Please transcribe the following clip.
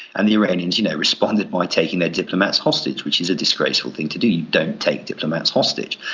and the iranians you know responded by taking their diplomats hostage, which is a disgraceful thing to do. you don't take diplomats hostage.